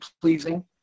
pleasing